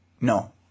No